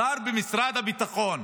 שר במשרד הביטחון: